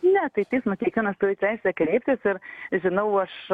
ne tai į teismą kiekvienas turi teisę kreiptis ir žinau aš